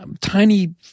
tiny